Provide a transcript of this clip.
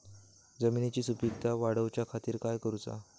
जमिनीची सुपीकता वाढवच्या खातीर काय करूचा?